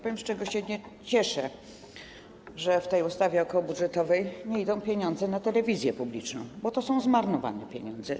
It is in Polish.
Powiem, z czego się cieszę - że w tej ustawie okołobudżetowej nie idą pieniądze na telewizję publiczną, bo to są zmarnowane pieniądze.